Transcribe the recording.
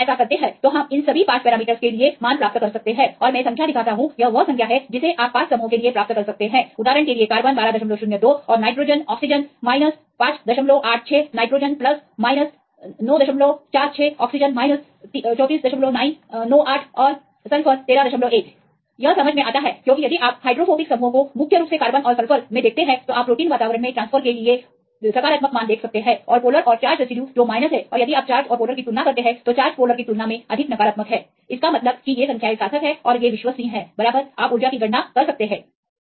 इसलिए यदि हम ऐसा करते हैं तो हम इन सभी 5 पैरामीटरसके लिए मान प्राप्त कर सकते हैं और मैं संख्या दिखाता हूं यह वह संख्या है जिसे आप 5 समूहों के लिए प्राप्त करते हैं उदाहरण के लिए कार्बन 1202 और नाइट्रोजन ऑक्सीजन 586 N 946O 3498 और सल्फर 131 यह समझ में आता है क्योंकि यदि आप हाइड्रोफोबिक समूहों को मुख्य रूप से कार्बन और सल्फर देखते हैं तो आप प्रोटीन वातावरण में ट्रांसफर के लिए सकारात्मक मान देख सकते हैं और पोलर और चार्ज रेसिड्यूज जो माइनस हैं और यदि आप चार्ज और पोलर की तुलना करते हैं तो चार्ज पोलर की तुलना में अधिक नकारात्मक है इसका मतलब है कि ये संख्याएं सार्थक हैं और वे विश्वसनीय बराबर आप ऊर्जा की गणना कर सकते हैं